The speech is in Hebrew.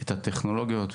את הטכנולוגיות.